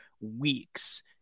weeks